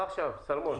שלמון.